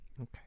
Okay